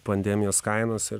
pandemijos kainos ir